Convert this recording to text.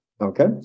okay